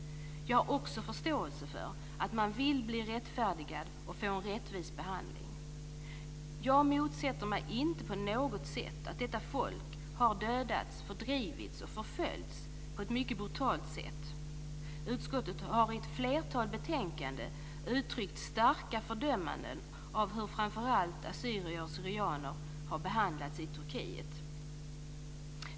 Jag har också förståelse för att man vill bli rättfärdigad och få en rättvis behandling. Jag motsäger inte på något sätt att detta folk har dödats, fördrivits och förföljts på ett mycket brutalt sätt. Utskottet har i ett flertal betänkanden uttryckt starka fördömanden av hur framför allt assyrier/syrianer har behandlats i Turkiet.